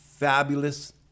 Fabulous